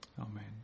Amen